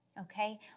okay